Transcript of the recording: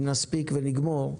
אם נספיק ונגמור,